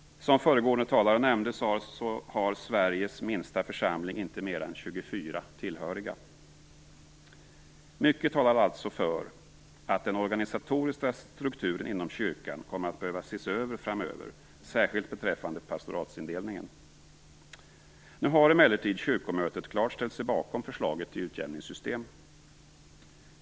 Som föregående talare nämnde har Sveriges minsta församling inte mer än 24 tillhöriga. Mycket talar alltså för att den organisatoriska strukturen inom kyrkan kommer att behöva ses över framöver, särskilt beträffande pastoratsindelningen. Nu har emellertid kyrkomötet klart ställt sig bakom förslaget till utjämningssystem.